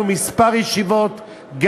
גם